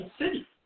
city